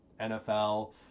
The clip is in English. NFL